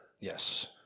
Yes